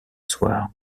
soir